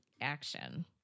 action